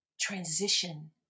transition